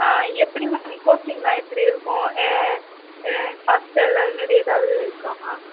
ஆ எப்படி மேம் கோச்சிங்லாம் எப்படி இருக்கும் ஹாஸ்டல் அதுமாரி ஏதாவது இருக்கா மேம்